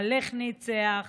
ה"לך" ניצח.